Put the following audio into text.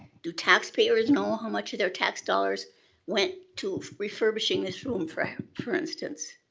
do taxpayers know how much of their tax dollars went to refurbishing this room for for instance?